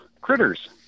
critters